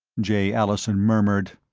jay allison murmured,